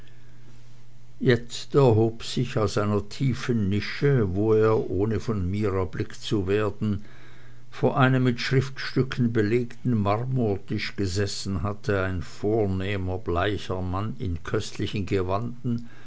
jetzt erhob sich aus einer tiefen nische wo er ohne von mir erblickt zu werden vor einem mit schriftstücken belegten marmortisch gesessen hatte ein vornehmer bleicher mann in köstlichen gewanden